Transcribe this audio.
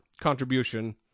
contribution